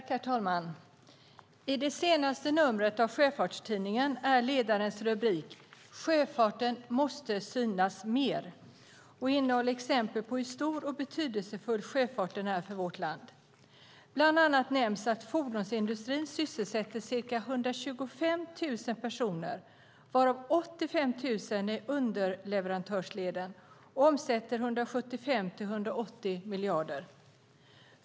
Herr talman! I senaste numret av Sjöfartstidningen är ledarens rubrik: Sjöfarten måste synas mer. Ledaren innehåller exempel på hur stor och betydelsefull sjöfarten är för vårt land. Bland annat nämns att fordonsindustrin sysselsätter ca 125 000 personer, varav 85 000 i underleverantörsleden, och omsätter 175-180 miljarder kronor.